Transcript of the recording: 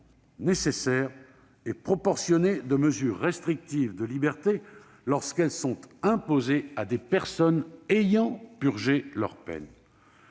nécessaire et proportionné de mesures restrictives de liberté lorsqu'elles sont imposées à des personnes ayant purgé leur peine.